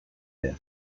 behar